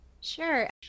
sure